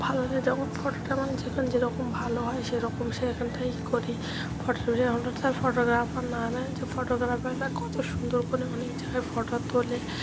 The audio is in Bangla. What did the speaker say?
ভালো যখন ফটোটা মানে যখন যেরকম ভালো হয় সেরকম সে এখান থেকেই করি ফটোটা তার ফটোগ্রাফার না নেয় যে ফটোগ্রাফাররা কত সুন্দর করে অনেক জায়গায় ফটো তোলে